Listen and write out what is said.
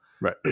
Right